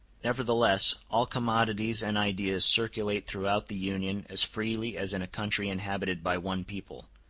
nevertheless, all commodities and ideas circulate throughout the union as freely as in a country inhabited by one people.